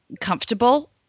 comfortable